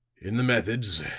in the methods